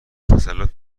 تسلط